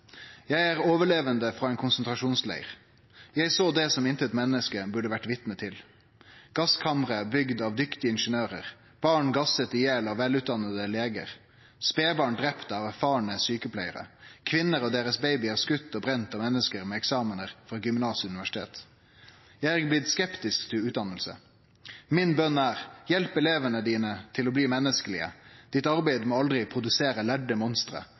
Jeg er overlevende fra en konsentrasjonsleir. Jeg så det som intet menneske burde være vitne til: Gasskamre bygd av dyktige ingeniører. Barn gasset i hjel av velutdannete leger. Spedbarn drept av erfarne sykepleiere. Kvinner og deres babyer skutt og brent av mennesker med eksamener fra gymnas og universitet. Jeg er blitt skeptisk til utdannelse. Min bønn er: Hjelp elevene dine til å bli menneskelige. Ditt arbeid må aldri produsere lærde monstre,